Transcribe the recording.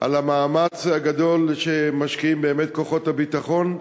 על המאמץ הגדול שמשקיעים באמת כוחות הביטחון,